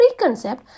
preconcept